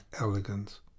elegance